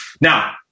Now